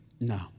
No